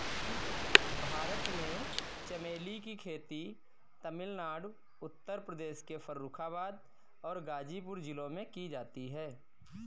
भारत में चमेली की खेती तमिलनाडु उत्तर प्रदेश के फर्रुखाबाद और गाजीपुर जिलों में की जाती है